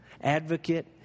advocate